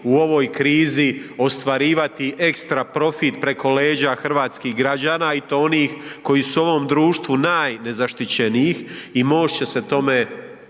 u ovoj krizi ostvarivati ekstra profit preko leđa hrvatskih građana i to onih koji su u ovom društvu najnezaštićenijih i MOST će se tome oštro